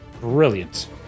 Brilliant